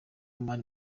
mani